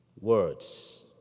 words